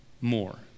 more